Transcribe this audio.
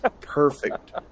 perfect